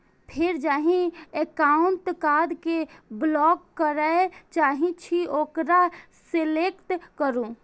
फेर जाहि एकाउंटक कार्ड कें ब्लॉक करय चाहे छी ओकरा सेलेक्ट करू